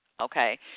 Okay